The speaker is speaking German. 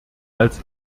als